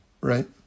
right